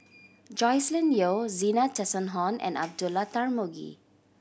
Joscelin Yeo Zena Tessensohn and Abdullah Tarmugi